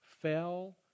fell